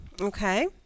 Okay